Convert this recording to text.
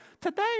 today